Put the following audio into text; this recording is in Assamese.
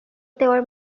তেওঁৰ